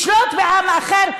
לשלוט בעם אחר,